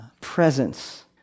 presence